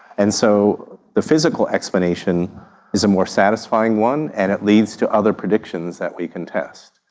and so the physical explanation is a more satisfying one and it leads to other predictions that we can test.